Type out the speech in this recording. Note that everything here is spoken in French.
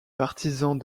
partisans